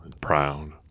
proud